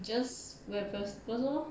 just wear pair slippers lor